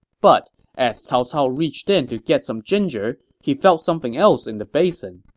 but as cao cao reached in to get some ginger, he felt something else in the basin.